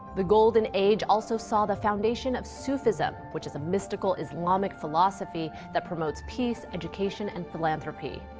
the golden age also saw the foundation of sufism, which is a mystical islamic philosophy that promotes peace, education and philanthropy.